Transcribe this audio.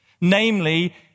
Namely